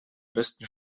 besten